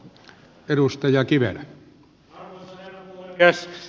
arvoisa herra puhemies